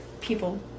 people